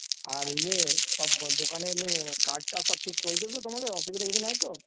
আর ইয়ে সব দোকানে এমনি কাজ টাজ সব ঠিক চলছে তো তোমাদের অসুবিধে কিছু নেই তো